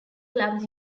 clubs